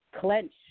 clench